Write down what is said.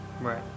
Right